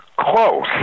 Close